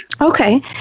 Okay